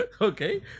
Okay